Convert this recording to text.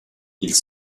ils